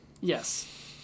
Yes